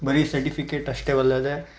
ಬರೀ ಸರ್ಟಿಫಿಕೇಟ್ ಅಷ್ಟೇ ಅಲ್ಲದೆ